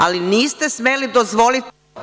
Ali, niste smeli dozvoliti…